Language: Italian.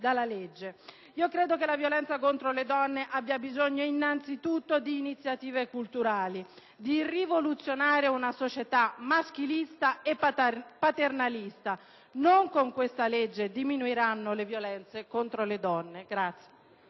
di fronte alla violenza contro le donne vi sia bisogno innanzitutto di iniziative culturali, di rivoluzionare una società maschilista e paternalista. Non è certo con questa legge che le violenze contro le donne